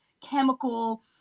chemical